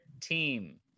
team